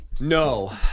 No